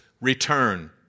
Return